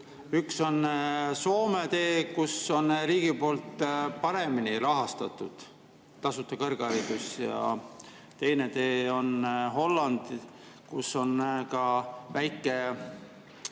üks on Soome tee, kus on riigi poolt paremini rahastatud tasuta kõrgharidus, ja teine tee on Holland, kus on väike